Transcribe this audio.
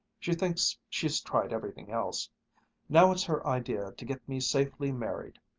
she thinks she's tried everything else now it's her idea to get me safely married.